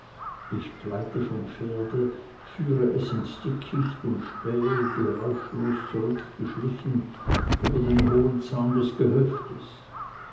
ich gleite vom pferde führe es ins dickicht und spähe geräuschlos zurückgeschlichen über den hohen zaun des gehöftes